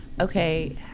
okay